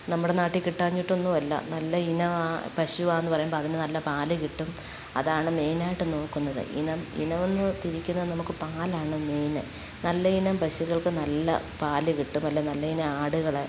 നമ്മുടെ നാട്ടിൽ കിട്ടാഞ്ഞിട്ടൊന്നുമല്ല നല്ലയിനം ആ പശുവാണെന്ന് പറയുമ്പം അതിന് നല്ല പാൽ കിട്ടും അതാണ് മെയ്നായിട്ടും നോക്കുന്നത് ഇനം ഇനമെന്ന് തിരിക്കുന്നത് നമുക്ക് പാലാണ് മെയിന് നല്ലയിനം പശുക്കൾക്ക് നല്ല പാൽ കിട്ടും അല്ലെങ്കിൽ നല്ലയിനം ആടുകൾ